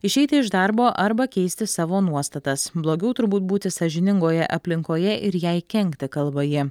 išeiti iš darbo arba keisti savo nuostatas blogiau turbūt būti sąžiningoje aplinkoje ir jai kenkti kalba ji